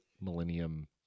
millennium